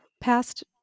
past